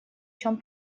чем